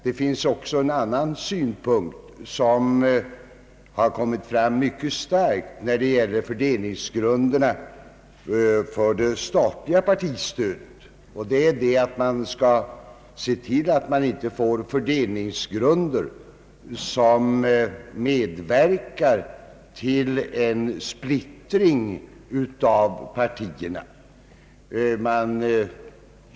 Det finns också en annan synpunkt som kommit fram mycket starkt när det gäller fördelningsgrunderna för det statliga partistödet, nämligen att man skall se till att man inte får fördelningsgrunder som medverkar till en splittring av partierna.